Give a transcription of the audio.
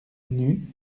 nus